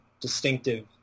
distinctive